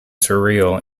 surreal